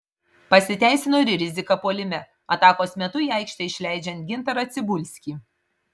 pasiteisino ir rizika puolime atakos metu į aikštę išleidžiant gintarą cibulskį